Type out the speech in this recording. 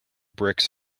bricks